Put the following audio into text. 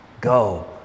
go